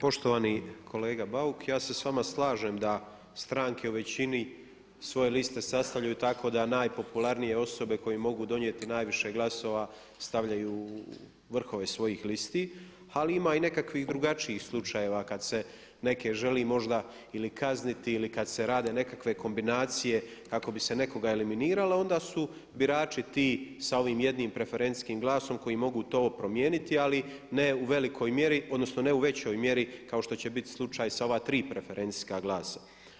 Poštovani kolega Bauk, ja se s vama slažem da stranke u većini svoje liste sastavljaju tako da najpopularnije osobe koje im mogu donijeti najviše glasova stavljaju u vrhove svojih listi, ali ima i nekakvih drugačijih slučajeva kad se neke želi možda ili kazniti ili kad se rade nekakve kombinacije kako bi se nekoga eliminiralo onda su birači ti sa ovim jednim preferencijskim glasom koji mogu to promijeniti ali ne u velikoj mjeri odnosno ne većoj mjeri odnosno ne u većoj mjeri kao što će biti slučaj sa ova tri preferencijska glasa.